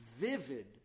vivid